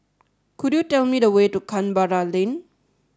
could you tell me the way to Canberra Lane